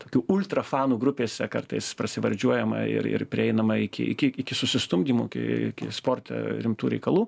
tokių ultrafanų grupėse kartais prasivardžiuojama ir ir prieinama iki iki iki susistumdymų iki sporte rimtų reikalų